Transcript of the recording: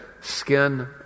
skin